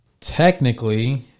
Technically